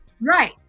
Right